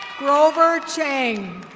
grover chang.